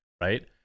right